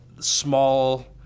small